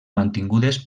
mantingudes